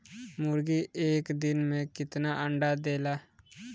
मुर्गी एक दिन मे कितना अंडा देला?